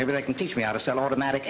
maybe they can teach me how to set automatic